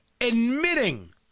admitting